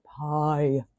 pie